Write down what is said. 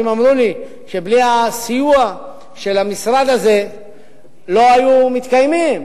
אמרו לי שבלי הסיוע של המשרד הזה לא היו מתקיימים.